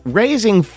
raising